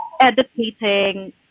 educating